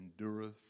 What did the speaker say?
endureth